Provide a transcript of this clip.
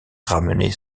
ramenait